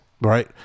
right